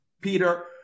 peter